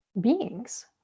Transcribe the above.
beings